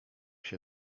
się